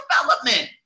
development